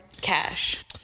cash